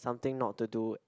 something not to do